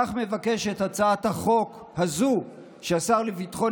כך מבקשת הצעת החוק הזו שהשר לביטחון